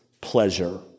pleasure